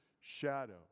shadow